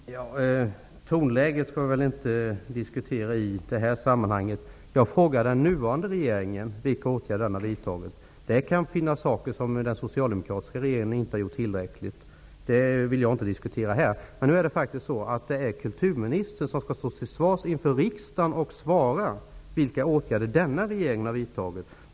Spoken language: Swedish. Herr talman! Tonläget skall vi väl inte diskutera i det här sammanhanget. Jag frågar vilka åtgärder den nuvarande regeringen har vidtagit. Den socialdemokratiska regeringen kanske inte gjorde tillräckligt -- det vill jag inte diskutera här -- men nu är det kulturministern som skall stå till svars inför riksdagen när det gäller vilka åtgärder denna regering har vidtagit.